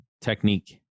technique